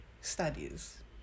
studies